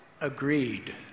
agreed